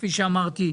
כפי שאמרתי,